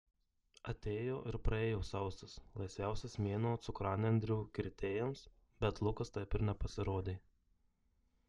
atėjo ir praėjo sausis laisviausias mėnuo cukranendrių kirtėjams bet lukas taip ir nepasirodė